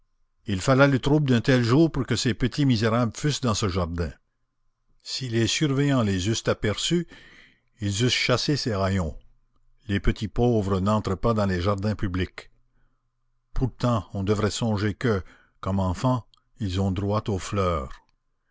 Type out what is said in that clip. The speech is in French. il fallait le trouble d'un tel jour pour que ces petits misérables fussent dans ce jardin si les surveillants les eussent aperçus ils eussent chassé ces haillons les petits pauvres n'entrent pas dans les jardins publics pourtant on devrait songer que comme enfants ils ont droit aux fleurs